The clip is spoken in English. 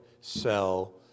sell